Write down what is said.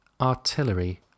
artillery